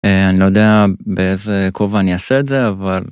אני לא יודע באיזה קובע אני אעשה את זה, אבל...